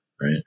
Right